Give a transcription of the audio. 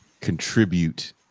contribute